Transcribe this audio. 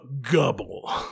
gobble